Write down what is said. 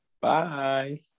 Bye